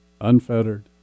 unfettered